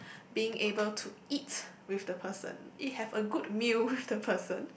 being able to eat with the person it have a good meal with the person